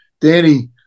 Danny